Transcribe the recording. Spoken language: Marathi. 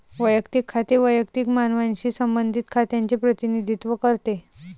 वैयक्तिक खाते वैयक्तिक मानवांशी संबंधित खात्यांचे प्रतिनिधित्व करते